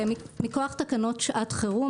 מכוח תקנות שעת חירום,